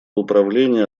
управление